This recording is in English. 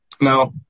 now